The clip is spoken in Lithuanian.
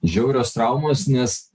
žiaurios traumos nes